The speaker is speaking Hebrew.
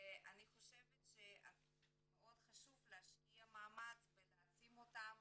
ואני חושבת שמאוד חשוב להשקיע מאמץ בלהעצים אותם,